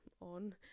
on